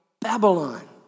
Babylon